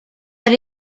but